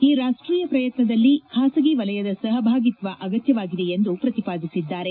ಈ ರಾಷ್ಷೀಯ ಪ್ರಯತ್ನದಲ್ಲಿ ಖಾಸಗಿ ವಲಯದ ಸಹಭಾಗಿತ್ವ ಅಗತ್ಯವಾಗಿದೆ ಎಂದು ಪ್ರತಿಪಾದಿಸಿದ್ದಾರೆ